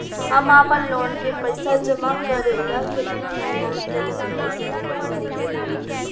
हम आपनलोन के पइसा जमा करेला केतना महीना केतना पइसा जमा करे के होई?